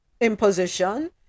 imposition